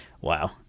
wow